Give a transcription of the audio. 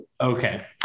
Okay